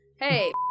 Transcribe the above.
Hey